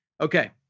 Okay